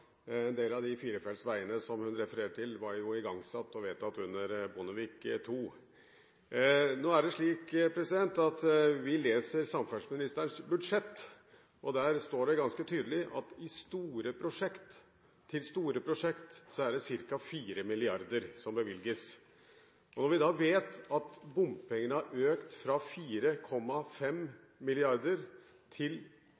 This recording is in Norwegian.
refererte til, var jo vedtatt og igangsatt under Bondevik II. Nå er det slik at vi leser samferdselsministerens budsjett, og der står det ganske tydelig at til store prosjekter bevilges det ca. 4 mrd. kr. Når vi da vet at bompengene har økt fra